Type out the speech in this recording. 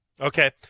Okay